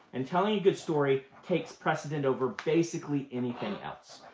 and telling a good story takes precedent over basically anything else.